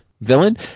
Villain